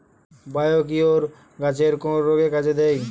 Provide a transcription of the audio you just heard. Biocure গাছের কোন রোগে কাজেদেয়?